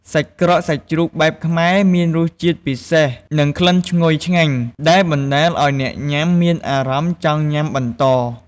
សាច់ក្រកសាច់ជ្រូកបែបខ្មែរ មានរសជាតិពិសេស និងក្លិនឈ្ងុយឆ្ងាញ់ ដែលបណ្តាលឱ្យអ្នកញ៉ាំមានអារម្មណ៍ចង់ញ៉ាំបន្ត។